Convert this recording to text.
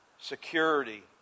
security